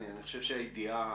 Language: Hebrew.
אני חושב שהידיעה